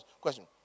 question